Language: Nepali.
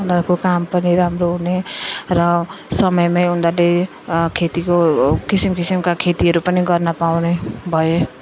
उनीहरूको काम पनि राम्रो हुने र समयमा उनीहरूले खेतीको किसिम किसिमका खेतीहरू पनि गर्न पाउने भए